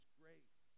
grace